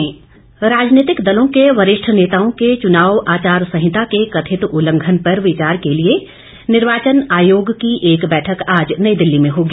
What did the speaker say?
निर्वाचन आयोग राजनीतिक दलों के वरिष्ठ नेताओं के चुनाव आचार संहिता के कथित उल्लंघन पर विचार के लिए निर्वाचन आयोग की एक बैठक आज नई दिल्ली होगी